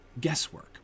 guesswork